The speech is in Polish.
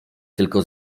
tylko